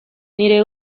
nire